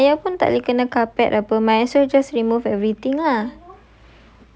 ya and then ayah pun tak ada kena carpet [pe] might as well just remove everything lah